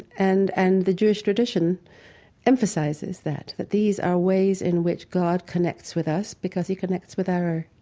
and and the jewish tradition emphasizes that, that these are ways in which god connects with us because he connects with our